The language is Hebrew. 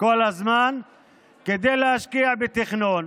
כל הזמן כדי להשקיע בתכנון,